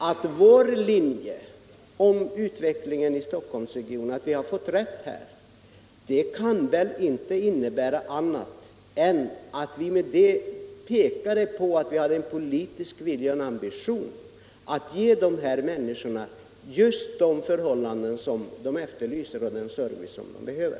Att vår linje för utvecklingen i Stockholmsregionen visat sig vara den riktiga kan väl inte innebära annat än att vi hade en politisk vilja och en ambition att skapa just sådana förhållanden för människorna i regionen som de efterlyser och den service som de behöver.